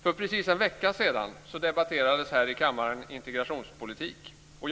För precis en vecka sedan debatterades integrationspolitik här i kammaren.